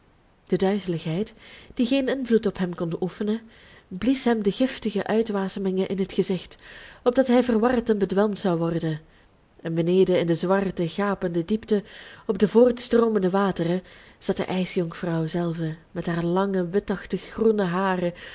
de duizeligheid die geen invloed op hem kon oefenen blies hem de giftige uitwasemingen in het gezicht opdat hij verward en bedwelmd zou worden en beneden in de zwarte gapende diepte op de voortstroomende wateren zat de ijsjonkvrouw zelve met haar lange witachtig groene haren